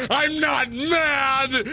i'm not mad